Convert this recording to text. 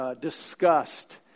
discussed